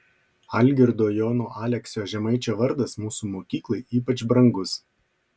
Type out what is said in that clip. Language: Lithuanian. algirdo jono aleksio žemaičio vardas mūsų mokyklai ypač brangus